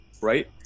right